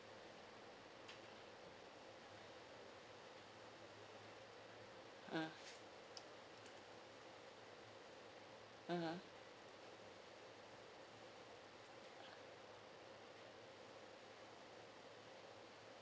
mm mmhmm